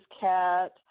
cat